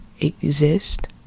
exist